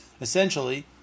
Essentially